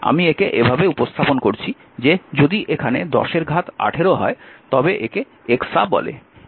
আমি একে এভাবে উপস্থাপন করছি যে যদি এখানে 10 এর ঘাত 18 হয় তবে একে exa বলে